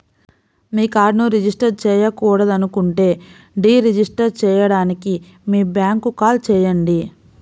మీ కార్డ్ను రిజిస్టర్ చేయకూడదనుకుంటే deregister చేయడానికి మీ బ్యాంక్కు కాల్ చేయండి